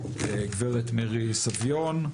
גברת מירי סביון,